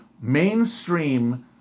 mainstream